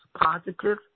positive